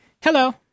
Hello